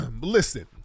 listen